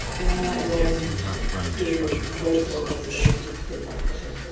and i'm not willing to, to wait till it gets there to take action.